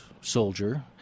soldier